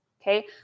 Okay